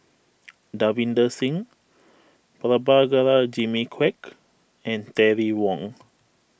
Davinder Singh Prabhakara Jimmy Quek and Terry Wong